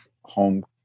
home